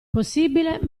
possibile